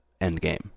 endgame